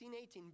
18